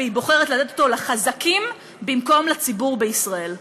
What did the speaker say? והיא בוחרת לתת אותו לחזקים במקום לציבור בישראל.